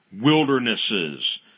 wildernesses